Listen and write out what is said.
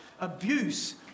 abuse